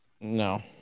No